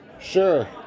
Sure